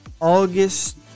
August